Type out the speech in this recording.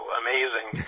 amazing